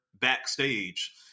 backstage